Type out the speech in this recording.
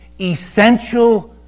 essential